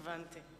כן.